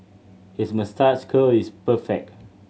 his moustache curl is perfect